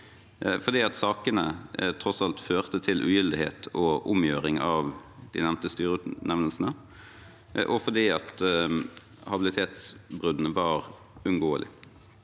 fordi sakene tross alt førte til ugyldighet og omgjøring av de nevnte styreutnevnelsene, og fordi habilitetsbruddene var uunngåelige.